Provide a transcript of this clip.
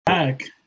back